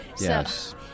Yes